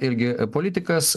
irgi politikas